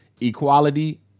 equality